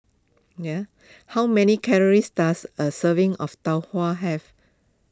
how many calories does a serving of Tau Huay have